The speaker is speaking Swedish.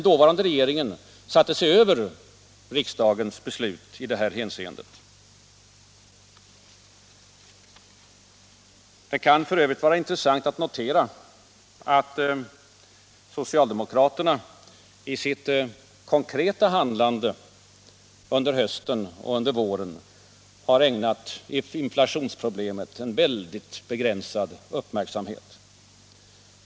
Den satte sig över riksdagens beslut i detta hänseende. Det kan f. ö. vara intressant att notera att socialdemokraterna i sitt konkreta handlande under hösten och under våren har ägnat inflationsproblemet en väldigt begränsad uppmärksamhet.